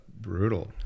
brutal